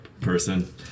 person